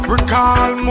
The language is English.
Recall